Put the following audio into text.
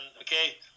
okay